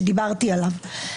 שדיברתי עליו,